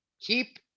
Keep